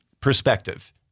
perspective